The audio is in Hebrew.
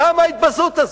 למה ההתבזות הזאת?